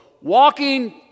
walking